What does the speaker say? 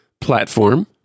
platform